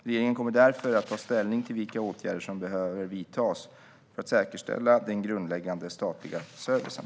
Regeringen kommer därefter att ta ställning till vilka åtgärder som behöver vidtas för att säkerställa den grundläggande statliga servicen.